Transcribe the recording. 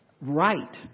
right